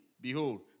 Behold